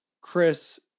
Chris